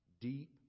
Deep